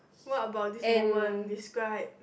what about this moment describe